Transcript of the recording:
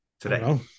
today